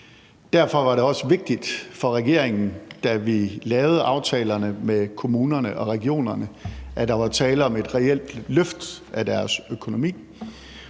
Derfor var det også vigtigt for regeringen, da vi lavede aftalerne med kommunerne og regionerne, at der var tale om et reelt løft af deres økonomi.